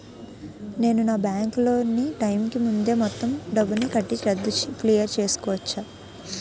నేను నా bank loan నీ టైం కీ ముందే మొత్తం డబ్బుని కట్టి రద్దు క్లియర్ చేసుకోవచ్చా?